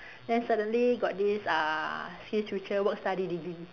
then suddenly got this uh SkillsFuture work study degree